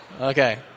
Okay